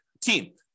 team